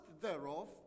thereof